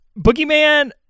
Boogeyman